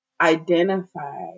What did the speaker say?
identify